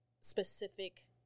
specific